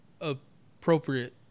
appropriate